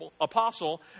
apostle